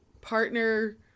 partner